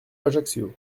ajaccio